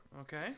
Okay